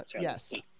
Yes